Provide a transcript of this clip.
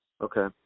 Okay